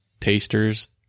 tasters